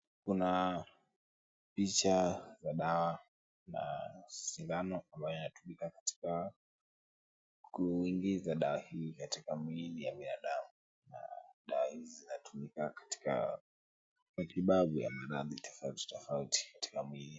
Kuna picha ya dawa na sindano yanyotumika katika kuingiza dawa hii katika mwili ya binadamuna dawa hizi zatumika katika kibavu ya maradhi tofautitofauti.